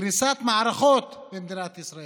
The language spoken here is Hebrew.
קריסת מערכות במדינת ישראל.